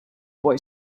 boy